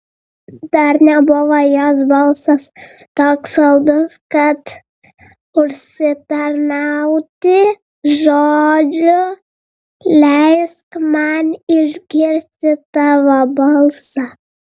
dar nebuvo jos balsas toks saldus kad užsitarnautų žodžių leisk man išgirsti tavo balsą